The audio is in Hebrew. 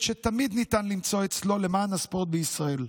שתמיד ניתן למצוא אצלו למען הספורט בישראל.